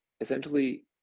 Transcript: essentially